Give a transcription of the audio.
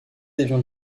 avions